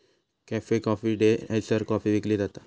cafe coffee day हयसर coffee विकली जाता